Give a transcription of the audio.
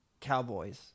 Cowboys